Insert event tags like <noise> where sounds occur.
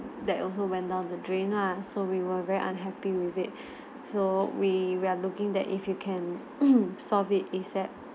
that also went down the drain lah so we were very unhappy with it so we we're looking that if you can <coughs> solve it A_S_A_P